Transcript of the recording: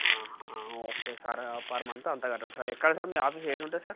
okay sir per month అంత కట్టడం ఎక్కడ సార్ మీ ఆఫీస్ ఎక్కడుంటుంది సార్